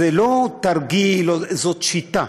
זה לא תרגיל, זאת שיטה.